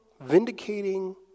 vindicating